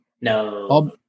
no